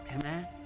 Amen